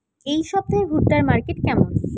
এই সপ্তাহে ভুট্টার মার্কেট কেমন?